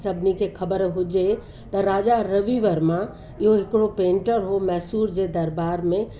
सभिनी खे ख़बर हुजे त राजा रवि वर्मा इहो हिकिड़ो पेंटर हो मैसूर जे दरबार में